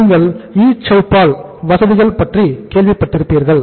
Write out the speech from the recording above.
நீங்கள் இ சௌபல் வசதிகள் பற்றி கேள்விப்பட்டிருப்பீர்கள்